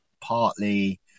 partly